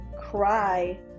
cry